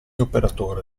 operatore